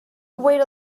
wait